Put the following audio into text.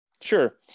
sure